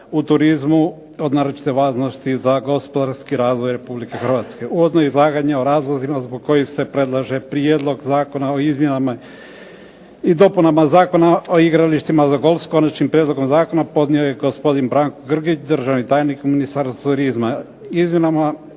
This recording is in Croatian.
u turizmu od naročite važnosti za gospodarski razvoj Republike Hrvatske. Uvodno izlaganje o razlozima zbog kojih se predlaže Prijedlog zakona o izmjenama i dopunama Zakona o igralištima za golf s Konačnim prijedlogom zakona podnio je gospodin Branko Grgić državni tajnik u Ministarstvu turizma. Izmjenama